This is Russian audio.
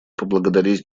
поблагодарить